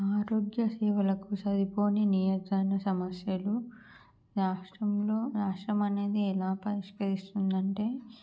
ఆరోగ్య సేవలకు సరిపోని నియోజక సమస్యలు రాష్ట్రంలో రాష్ట్రం అనేది ఎలా పరిష్కరిస్తుంది అంటే